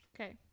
Okay